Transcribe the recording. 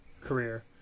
career